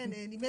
נכון.